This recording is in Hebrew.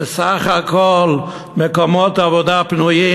הוא שסך כל מקומות עבודה הפנויים,